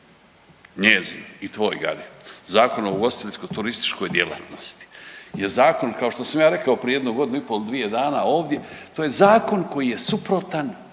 njezin i tvoj Gari Zakon o ugostiteljsko turističkoj djelatnosti je zakon kao što sam ja rekao prije jedno godinu i pol dvije dana ovdje to je zakon koji je suprotan